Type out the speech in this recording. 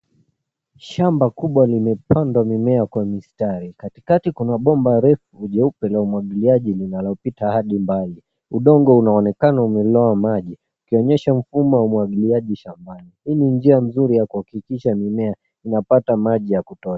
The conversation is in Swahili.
Shamba kubwa limepandwa mimea kwa mistari. Katikati kuna bomba refu jeupe la umwagiliaji linalopita hadi mbali. Udongo unaonekana umelowa maji ukionyesha mfumo wa umwagiliaji shambani. Hii ni njia mzuri ya kuhakikisha mimea inapata maji ya kutosha.